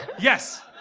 Yes